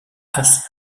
assez